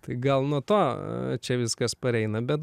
tai gal nuo to čia viskas pareina bet